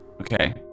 Okay